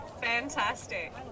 Fantastic